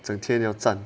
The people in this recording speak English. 整天要站